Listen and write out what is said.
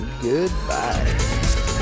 Goodbye